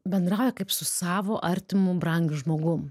bendrauja kaip su savu artimu brangiu žmogum